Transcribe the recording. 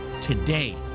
Today